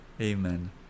amen